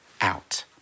out